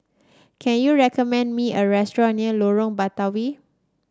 can you recommend me a restaurant near Lorong Batawi